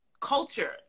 culture